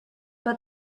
but